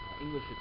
English